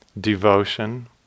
devotion